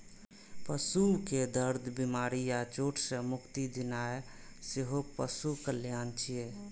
पशु कें दर्द, बीमारी या चोट सं मुक्ति दियेनाइ सेहो पशु कल्याण छियै